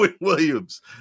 Williams